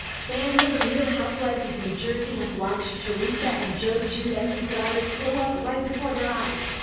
fans of the real housewives of new jersey have watched teresa and joe giudice's daughters grow up right before their eyes.